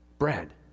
bread